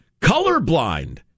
colorblind